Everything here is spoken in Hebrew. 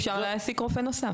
אפשר להעסיק רופא נוסף.